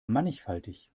mannigfaltig